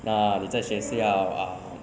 那你在学校 ah